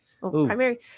primary